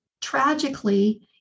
tragically